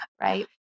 right